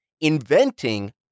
Inventing